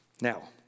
Now